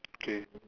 K